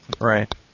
Right